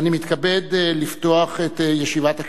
אני מתכבד לפתוח את ישיבת הכנסת.